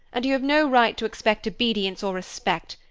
and you have no right to expect obedience or respect,